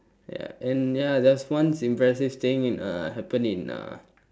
ya and ya there's once impressive thing in uh happened in uh